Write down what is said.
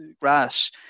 grass